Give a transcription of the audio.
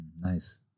Nice